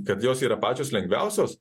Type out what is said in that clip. kad jos yra pačios lengviausios